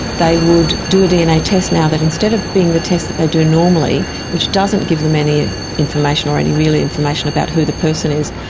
they would do a dna test now that instead of being the tests that they do normally which doesn't give them any information or any real information about who the person is,